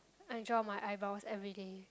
I draw my eyebrows everyday